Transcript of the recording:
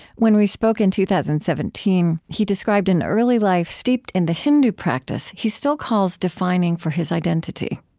when we spoke in two thousand and seventeen, he described an early life steeped in the hindu practice he still calls defining for his identity